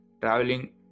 traveling